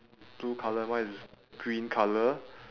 blue colour mine is green colour